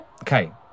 Okay